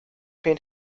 pain